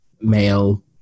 male